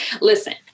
listen